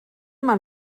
man